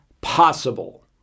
possible